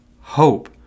hope